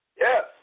Yes